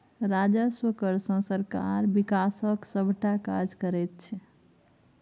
राजस्व कर सँ सरकार बिकासक सभटा काज करैत छै